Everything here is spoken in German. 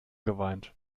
geweint